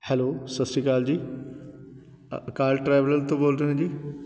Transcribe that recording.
hello ਸਤਿ ਸ਼੍ਰੀ ਅਕਾਲ ਜੀ ਅ ਅਕਾਲ ਟਰੈਵਲਲ ਤੋਂ ਬੋਲਦੇ ਹੋ ਜੀ